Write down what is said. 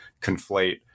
conflate